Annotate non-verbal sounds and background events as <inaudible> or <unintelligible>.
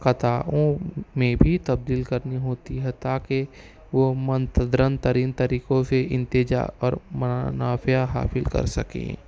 قطاعوں میں بھی تبدیل کرنی ہوتی ہے تاکہ وہ <unintelligible> ترین طریفوں سے انتجا اور منافع حاصل کر سکیں